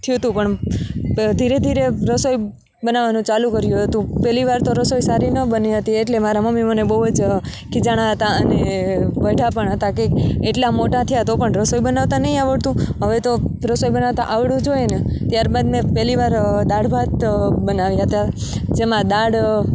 થયું હતું પણ ધીરે ધીરે રસોઈ બનાવવાનું ચાલું કર્યું હતું પહેલીવાર તો રસોઈ સારી ન બની હતી એટલે મારાં મમ્મી મને બહુ જ ખીજાણાં હતાં અને વઢયા પણ હતાં કે એટલા મોટા થયા તો પણ રસોઈ બનાવતા નથી આવડતું હવે તો રસોઈ બનાવાતા આવડવું જોઈએ ને ત્યારબાદ મેં પહેલીવાર દાળ ભાત બનાવ્યા હતા જેમાં દાળ